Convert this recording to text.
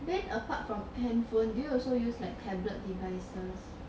then apart from handphone also do you also use like tablet devices